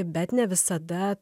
bet ne visada